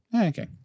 okay